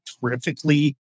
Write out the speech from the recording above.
terrifically